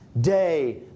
day